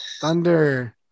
thunder